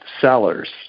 sellers